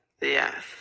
Yes